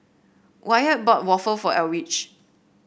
Wyatt bought waffle for Eldridge